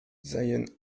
seien